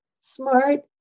smart